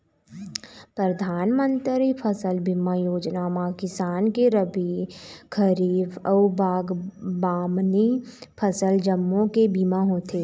परधानमंतरी फसल बीमा योजना म किसान के रबी, खरीफ अउ बागबामनी फसल जम्मो के बीमा होथे